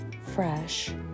fresh